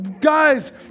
guys